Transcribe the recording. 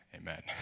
Amen